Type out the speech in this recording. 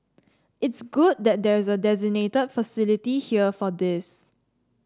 it's good that there's a designated facility here for this